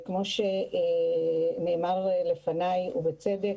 וכמו שנאמר לפני ובצדק,